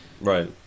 Right